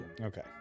Okay